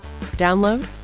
Download